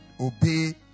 obey